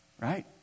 Right